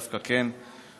אולי דווקא כן בממלכתיות,